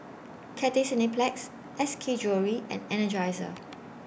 Cathay Cineplex S K Jewellery and Energizer